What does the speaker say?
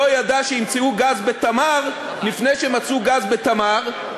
לא ידע שימצאו גז ב"תמר" לפני שמצאו גז ב"תמר",